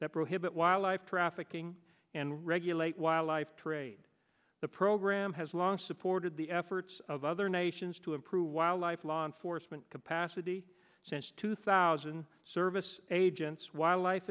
that prohibit wildlife trafficking and regulate wildlife trade the program has long supported the efforts of other nations to improve wildlife law enforcement capacity since two thousand service agents wildlife